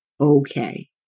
okay